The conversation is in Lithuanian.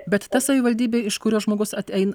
bet ta savivaldybė iš kurios žmogus ateina